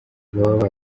baba